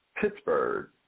Pittsburgh